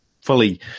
fully